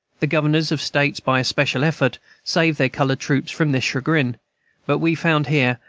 the governors of states, by especial effort, saved their colored troops from this chagrin but we found here,